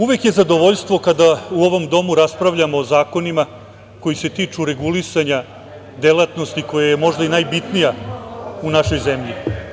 Uvek je zadovoljstvo kada u ovom domu raspravljamo o zakonima koji se tiču regulisanja delatnosti koja je možda i najbitnija u našoj zemlji.